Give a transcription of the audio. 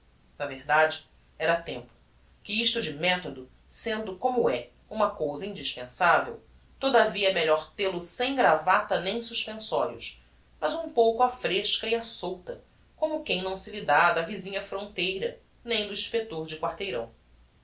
na verdade era tempo que isto de methodo sendo como é uma cousa indispensavel todavia é melhor tel-o sem gravata nem suspensorios mas um pouco á fresca e á solta como quem não se lhe dá da visinha fronteira nem do inspector de quarteirão